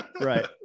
Right